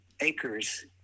acres